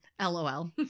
LOL